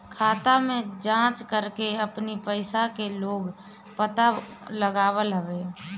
खाता के जाँच करके अपनी पईसा के लोग पता लगावत हवे